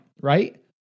right